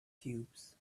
cubes